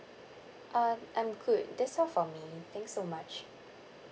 uh I'm good that's all for me thanks so much